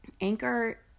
Anchor